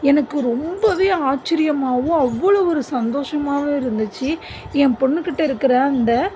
எனக்கு ரொம்பவே ஆச்சிரியமாகவும் அவ்வளோ ஒரு சந்தோஷமாவும் இருந்துச்சு என் பொண்ணுக்கிட்டே இருக்கிற அந்த